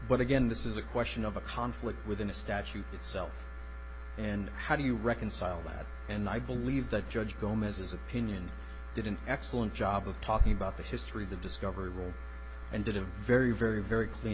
but again this is a question of a conflict within the statute itself and how do you reconcile that and i believe that judge gomez's opinion did an excellent job of talking about the history of the discovery rule and did a very very very clean